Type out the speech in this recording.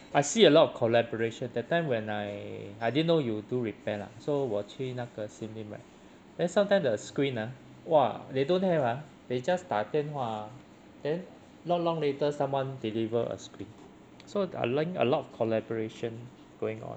I see a lot of collaboration that time when I I didn't know you do repair lah so 我去那个 sim lim right then sometimes the screen ah !wah! they don't have ah they just 打电话 ah then not long later someone deliver a screen so I think a lot of collaboration going on